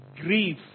grief